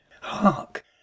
Hark